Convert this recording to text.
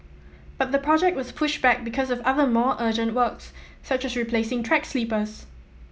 but the project was pushed back because of other more urgent works such as replacing track sleepers